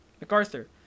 MacArthur